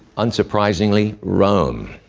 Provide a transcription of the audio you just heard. unsurprisingly, rome.